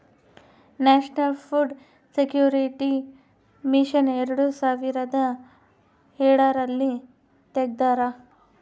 national food security mission ಎರಡು ಸಾವಿರದ ಎಳರಲ್ಲಿ ತೆಗ್ದಾರ